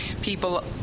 people